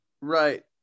Right